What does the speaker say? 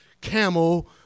camel